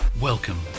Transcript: welcome